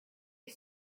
est